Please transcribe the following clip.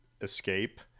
escape